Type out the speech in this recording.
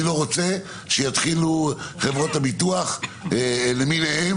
אני לא רוצה שיתחילו חברות הביטוח למיניהן,